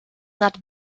not